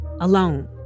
alone